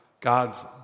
God's